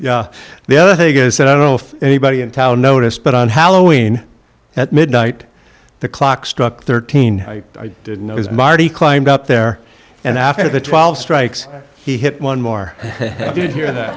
be the other thing is that i don't know if anybody in town noticed but on halloween at midnight the clock struck thirteen i didn't know his marty climbed up there and after the twelve strikes he hit one more i did hear that